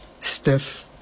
stiff